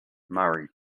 murray